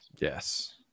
yes